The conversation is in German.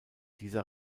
dieser